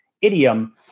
idiom